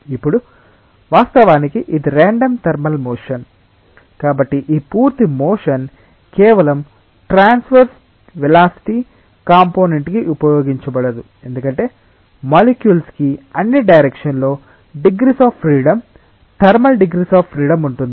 ఇప్పుడు వాస్తవానికి ఇది ర్యాండం థర్మల్ మోషన్ కాబట్టి ఈ పూర్తి మోషన్ కేవలం ట్రాన్స్వర్స్ వెలాసిటి కంపోనేంట్ కి ఉపయోగించబడదు ఎందుకంటే మాలిక్యూల్స్ కి అన్ని డైరెక్షణ్ లో degrees of freedom thermal degrees of freedom ఉంటుంది